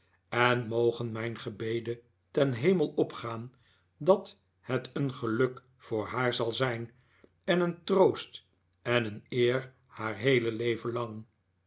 en mogen mijn gebeden ten hemel opgaan dat het een geluk voor haar zal zijn en een troost en een eer haar heele leven lang